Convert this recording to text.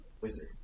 wizard